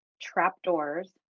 trapdoors